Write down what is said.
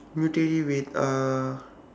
mutate it with uh